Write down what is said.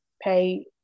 pay